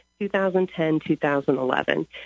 2010-2011